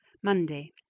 monday.